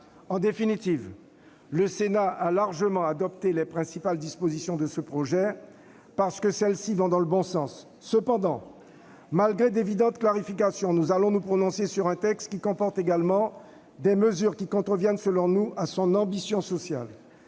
En définitive, le Sénat a largement adopté les principales dispositions de ce projet de loi, parce que celles-ci vont dans le bon sens. Cependant, malgré d'évidentes clarifications, nous devons nous prononcer sur un texte qui comporte également des mesures qui contreviennent, selon nous, à son ambition sociale.